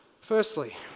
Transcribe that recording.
Firstly